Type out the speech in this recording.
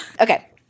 Okay